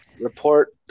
report